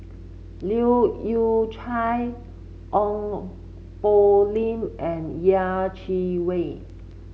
Leu Yew Chye Ong Poh Lim and Yeh Chi Wei